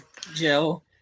Joe